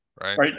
Right